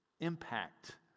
impact